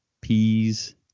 Peas